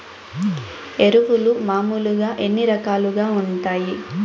ఎరువులు మామూలుగా ఎన్ని రకాలుగా వుంటాయి?